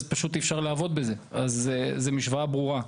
אז פשוט אי אפשר לעבוד בזה אז זו משוואה ברורה.